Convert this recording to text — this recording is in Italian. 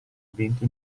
vento